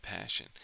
passion